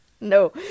No